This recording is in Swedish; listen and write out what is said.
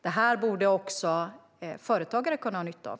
Detta borde också företagare kunna ha nytta av.